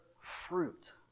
fruit